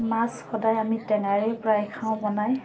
মাছ সদায় আমি টেঙাৰেই প্ৰায় খাওঁ বনায়